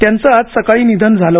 त्यांचं आज सकाळी निधन झालं